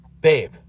babe